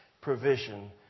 provision